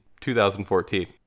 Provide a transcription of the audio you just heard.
2014